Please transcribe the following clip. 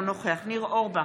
אינו נוכח ניר אורבך,